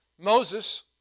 Moses